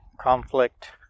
conflict